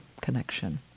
connection